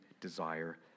desire